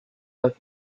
let